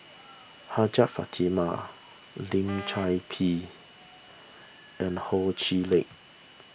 Hajjah Fatimah Lim Chor Pee and Ho Chee Lick